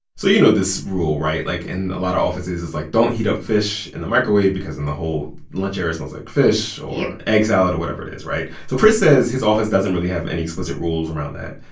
so you know this rule, right? like, in a lot of offices, it's like, don't heat up fish in the microwave because then the whole lunch area smells like fish. yep. or egg salad or whatever it is, right? so chris says his office doesn't really have any explicit rules around that.